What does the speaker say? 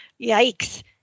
Yikes